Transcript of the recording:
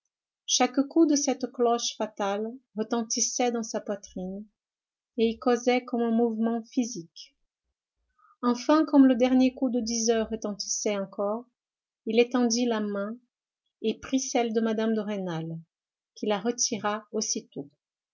chaque coup de cette cloche fatale retentissait dans sa poitrine et y causait comme un mouvement physique enfin comme le dernier coup de dix heures retentissait encore il étendit la main et prit celle de mme de rênal qui la retira aussitôt